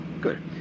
Good